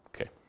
Okay